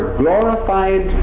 glorified